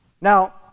Now